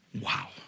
Wow